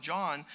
John